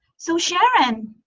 so sharon.